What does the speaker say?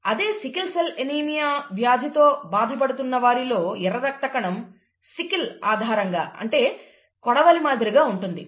అదే sickle cell anaemia వ్యాధితో బాధపడుతున్న వారిలో ఎర్ర రక్త కణం సికిల్ ఆకారం అంటే కొడవలి మాదిరిగా ఉంటుంది